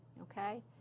Okay